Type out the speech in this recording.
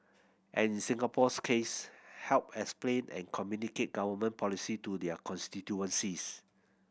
and in Singapore's case help explain and communicate Government policy to their constituencies